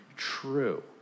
true